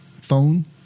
phone